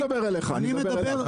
אני לא מדבר אליך, אני מדבר אליו.